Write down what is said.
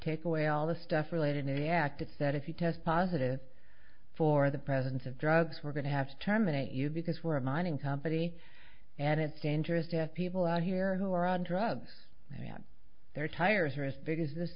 take away all the stuff related acts that if you test positive for the presence of drugs we're going to have terminate you because we're a mining company and it's dangerous to have people out here who are on drugs and yet their tires are as big as th